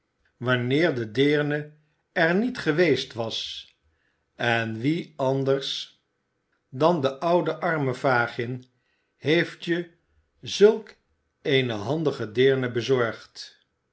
wanneer de deerne er niet geweest was en wie anders dan de oude arme fagin heeft ie zulk eene handige deerne bezorgd